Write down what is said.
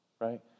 right